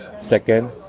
Second